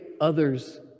others